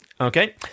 okay